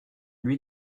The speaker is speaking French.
lui